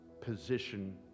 position